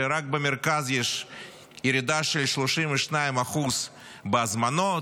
רק במרכז יש ירידה של 32% בהזמנות,